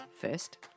First